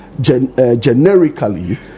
generically